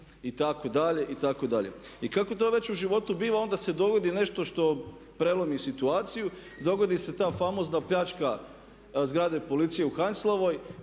itd., itd.. I kako to već u životu biva onda se dogodi nešto što prelomi situaciju, dogodi se ta famozna pljačka zgrade policije u Heinzelova